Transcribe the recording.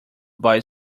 buy